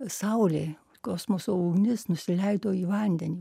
saulė kosmoso ugnis nusileido į vandenį